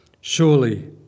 Surely